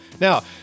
Now